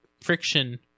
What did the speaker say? friction